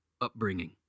upbringing